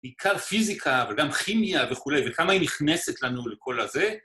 בעיקר פיזיקה וגם כימיה וכולי, וכמה היא נכנסת לנו לכל הזה.